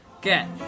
Get